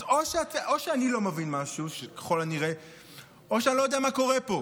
אז או שאני לא מבין משהו או שאני לא יודע מה קורה פה.